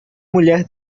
mulher